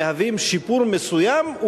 מהוות שיפור מסוים,